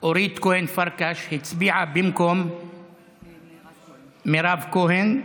אורית הכהן פרקש הצביעה במקום חברת הכנסת מירב כהן,